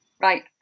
right